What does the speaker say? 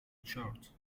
chart